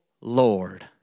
Lord